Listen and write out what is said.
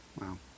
Wow